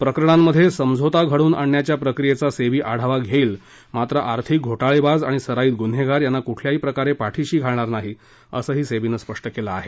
प्रकरणांमध्ये समझोता घडवून आणण्याच्या प्रक्रियेचा सेबी आढावा घेईल मात्रं आर्थिक घोटाळेबाज आणि सराईत गुन्हेगार यांना कुठल्याही प्रकारे पाठीशी घालणार नाही असही सेबीनं म्हटलं आहे